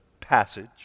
passage